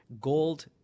Gold